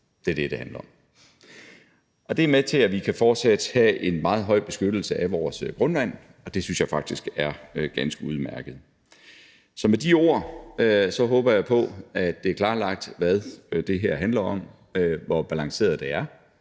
Det er det, det handler om. Det er med til, at vi fortsat kan have en meget høj beskyttelse af vores grundvand, og det synes jeg faktisk er ganske udmærket. Med de ord håber jeg på, at det er klarlagt, hvad det her handler om, og hvor balanceret det er,